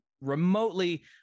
remotely